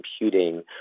computing